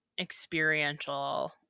experiential